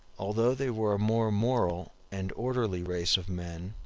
although they were a more moral and orderly race of men,